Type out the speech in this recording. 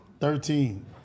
Thirteen